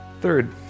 Third